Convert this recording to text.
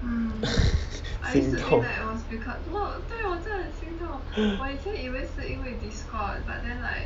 心痛